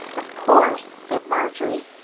of course, said marjory,